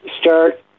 Start